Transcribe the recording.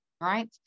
right